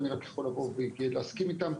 ואני רק יכול לבוא ולהסכים איתם.